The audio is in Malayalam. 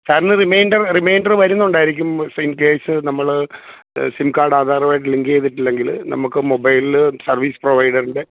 സാറിന് റിമൈൻഡർ റിമൈൻഡർ വരുന്നുണ്ടായിരിക്കും ഇൻ കേസ് നമ്മൾ സിം കാഡ് ആധാറുവായിട്ട് ലിങ്ക് ചെയ്തിട്ടില്ലെങ്കിൽ നമുക്ക് മൊബൈൽല് സർവീസ് പ്രൊവൈഡറുടെ